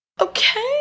Okay